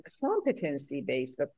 competency-based